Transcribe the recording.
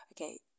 okay